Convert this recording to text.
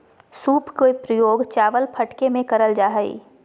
सूप के प्रयोग चावल फटके में करल जा हइ